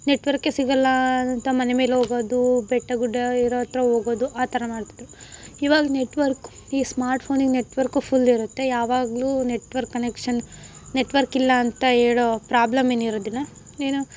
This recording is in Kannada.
ನೆಟ್ವರ್ಕೆ ಸಿಗೊಲ್ಲ ಅಂತ ಮನೆ ಮೇಲೆ ಹೋಗೋದು ಬೆಟ್ಟ ಗುಡ್ಡ ಇರೋ ಹತ್ರ ಹೋಗೋದು ಆ ಥರ ಮಾಡ್ತಿದ್ದರು ಈವಾಗ ನೆಟ್ವರ್ಕ್ ಈ ಸ್ಮಾರ್ಟ್ ಫೋನಿಗೆ ನೆಟ್ವರ್ಕು ಫುಲ್ ಇರುತ್ತೆ ಯಾವಾಗಲೂ ನೆಟ್ವರ್ಕ್ ಕನೆಕ್ಷನ್ ನೆಟ್ವರ್ಕ್ ಇಲ್ಲ ಅಂತ ಹೇಳೋ ಪ್ರಾಬ್ಲಮ್ ಏನಿರೋದಿಲ್ಲ ಏನೋ